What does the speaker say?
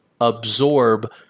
absorb